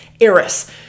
Eris